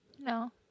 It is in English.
No